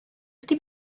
wedi